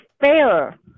fair